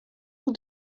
who